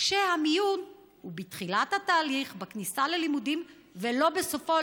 כשהמיון הוא בתחילת התהליך בכניסה ללימודים ולא בסופם,